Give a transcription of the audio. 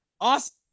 awesome